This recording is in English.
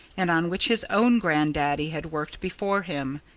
and on which his own grandaddy had worked before him.